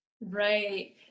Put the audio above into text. Right